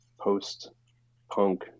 post-punk